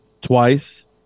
twice